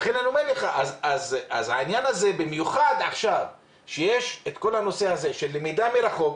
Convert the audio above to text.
לכן אני אומר לך שבמיוחד עכשיו כשיש הנושא של למידה מרחוק